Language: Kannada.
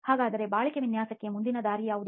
ಹಾಗಾದರೆ ಬಾಳಿಕೆ ವಿನ್ಯಾಸಕ್ಕಾಗಿ ಮುಂದಿನ ದಾರಿ ಯಾವುದು